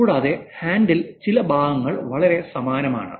കൂടാതെ ഹാൻഡിൽ ചില ഭാഗങ്ങൾ വളരെ സമാനമാണ്